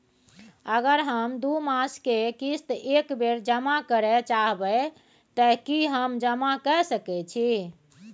अगर हम दू मास के किस्त एक बेर जमा करे चाहबे तय की हम जमा कय सके छि?